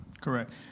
correct